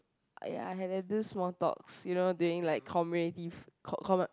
ya I have these small talks you know during like communicative co~ comma